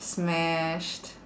smashed